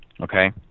okay